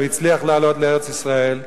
והצליח לעלות לארץ-ישראל,